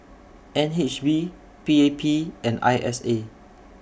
N H B P A P and I S A